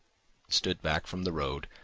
stood back from the road,